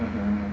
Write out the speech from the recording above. mmhmm